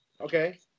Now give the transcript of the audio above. Okay